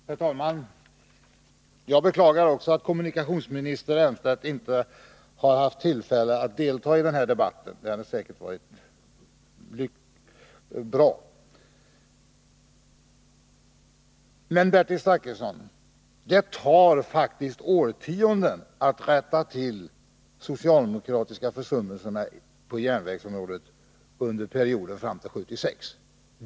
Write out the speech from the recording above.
Herr talman! Jag beklagar också att kommunikationsminister Elmstedt inte har haft tillfälle att delta i den här debatten, för det hade säkert varit bra. Men, Bertil Zachrisson, det tar faktiskt årtionden att rätta till de socialdemokratiska försummelserna på järnvägsområdet under perioden fram till 1976.